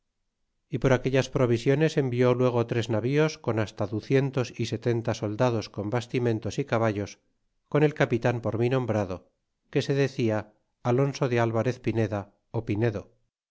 y por aquellas provisiones envió luego tres navíos con hasta ducientos y setenta soldados con bastimentos y caballos con el capitan por mí nombrado que se decía alonso de alvarez pineda ó pinedo